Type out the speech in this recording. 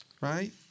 right